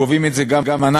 קובעים את זה גם אנחנו,